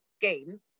game